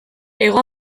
hego